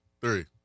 three